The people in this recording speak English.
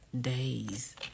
days